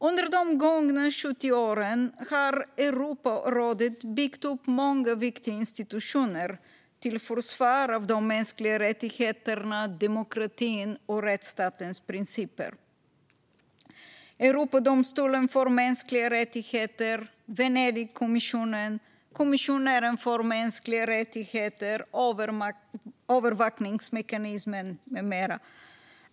Under de gångna 70 åren har Europarådet byggt upp många viktiga institutioner till försvar av de mänskliga rättigheterna, demokratin och rättsstatens principer - Europadomstolen för mänskliga rättigheter, Venedigkommissionen, kommissionären för mänskliga rättigheter, övervakningsmekanismen med mera.